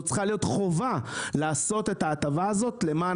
זו צריכה להיות חובה לעשות את ההטבה הזאת למען